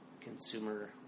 consumer